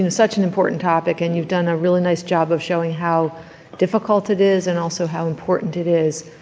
and such an important topic and you've done a really nice job of showing how difficult it is and also how important it is.